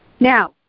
Now